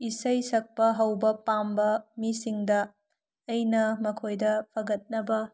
ꯏꯁꯩ ꯁꯛꯄ ꯍꯧꯕ ꯄꯥꯝꯕ ꯃꯤꯁꯤꯡꯗ ꯑꯩꯅ ꯃꯈꯣꯏꯗ ꯐꯒꯠꯅꯕ